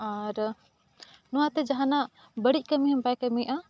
ᱟᱨ ᱱᱚᱣᱟ ᱛᱮ ᱡᱟᱦᱟᱱᱟᱜ ᱵᱟᱹᱲᱤᱡ ᱠᱟᱹᱢᱤ ᱦᱚᱸ ᱵᱟᱭ ᱠᱟᱹᱢᱤᱜᱼᱟ